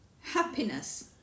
Happiness